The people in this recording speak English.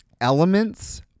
elements